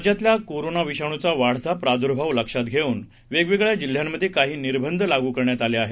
राज्यातला कोरोनाविषाणुचा वाढता प्राद्भाव लक्षात घेऊन वेगवेगळ्या जिल्ह्यांमधे काही निर्बंध लागू करण्यात आले आहेत